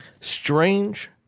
Strange